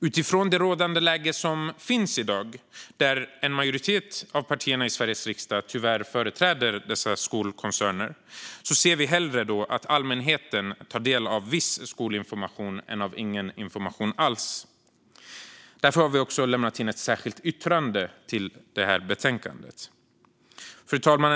Utifrån det rådande läget i dag, där en majoritet av partierna i Sveriges riksdag tyvärr företräder dessa skolkoncerner, ser Vänsterpartiet dock hellre att allmänheten tar del av viss skolinformation än ingen information alls. Därför har vi lämnat in ett särskilt yttrande till betänkandet. Fru talman!